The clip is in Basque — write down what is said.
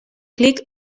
klik